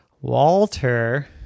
Walter